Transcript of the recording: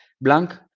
Blank